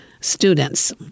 students